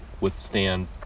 withstand